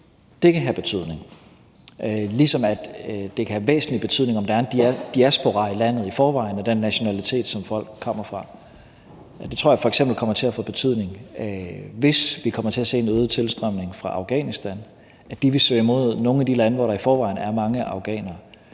kan have betydning, ligesom det kan have væsentlig betydning, om der er en diaspora i landet i forvejen af den nationalitet, som folk kommer fra. Det tror jeg f.eks. kommer til at få betydning, hvis vi kommer til at se en øget tilstrømning fra Afghanistan: at de vil søge imod nogle af de lande, hvor der i forvejen er mange afghanere.